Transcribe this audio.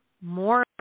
more